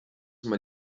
mal